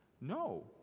No